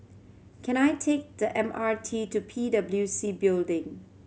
can I take the M R T to P W C Building